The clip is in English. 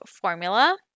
formula